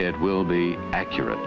it will be accurate